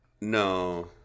no